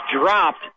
dropped